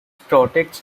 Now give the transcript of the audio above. products